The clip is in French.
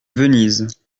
venise